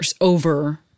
over